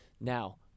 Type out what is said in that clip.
Now